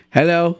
Hello